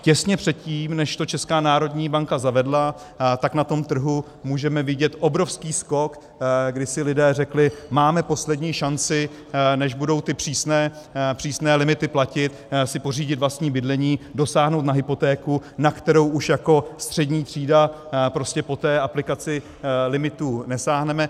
Těsně předtím, než to Česká národní banka zavedla, tak na tom trhu můžeme vidět obrovský skok, kdy si lidé řekli: Máme poslední šanci, než budou ty přísné limity platit, si pořídit vlastní bydlení, dosáhnout na hypotéku, na kterou už jako střední třída po té aplikaci limitů nesáhneme.